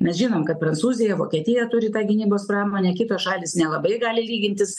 mes žinom kad prancūzija vokietija turi tą gynybos pramonę kitos šalys nelabai gali lygintis